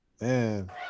Man